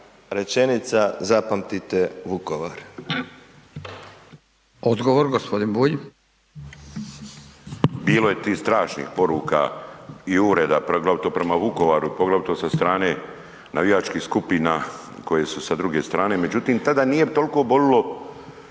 gospodin Bulj. **Bulj, Miro (MOST)** Bilo je tih strašnih poruka u uvreda, poglavito prema Vukovaru, poglavito sa strane navijačkih skupina koje su sa druge strane, međutim tada nije toliko bolilo